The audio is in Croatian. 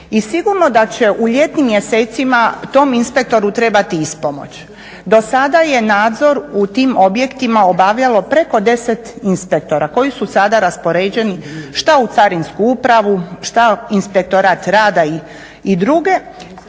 I sigurno da će u ljetnim mjesecima tom inspektoru trebati ispomoć. Do sada je nadzor u tim objektima obavljalo preko 10 inspektora koji su sada raspoređeni šta u carinsku upravu, šta inspektorat rada i druge